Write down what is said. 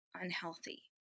unhealthy